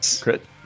crit